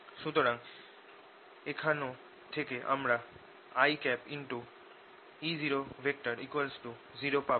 সুতরাং এখান থেকে আমরা i E00 পাবো